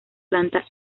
planta